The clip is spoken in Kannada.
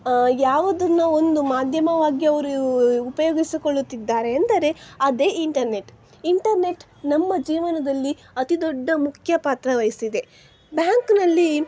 ಯಾವುದನ್ನು ಒಂದು ಮಾಧ್ಯಮವಾಗಿ ಅವರು ಉಪಯೋಗಿಸಿಕೊಳ್ಳುತ್ತಿದ್ದಾರೆ ಎಂದರೆ ಅದೇ ಇಂಟರ್ನೆಟ್ ಇಂಟರ್ನೆಟ್ ನಮ್ಮ ಜೀವನದಲ್ಲಿ ಅತಿ ದೊಡ್ಡ ಮುಖ್ಯ ಪಾತ್ರವಹಿಸ್ತಿದೆ ಬ್ಯಾಂಕ್ನಲ್ಲಿ